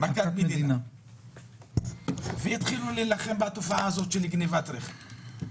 מכת מדינה והתחילו להילחם בתופעה של גניבת רכב.